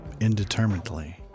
indeterminately